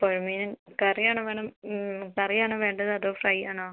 പുഴ മീൻ കറി ആണോ മാഡം കറി ആണോ വേണ്ടത് അതോ ഫ്രൈ ആണോ